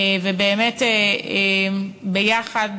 ובאמת ביחד